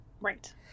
Right